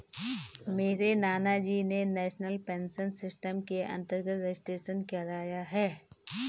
मेरे नानाजी ने नेशनल पेंशन सिस्टम के अंतर्गत रजिस्ट्रेशन कराया है